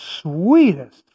sweetest